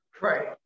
Right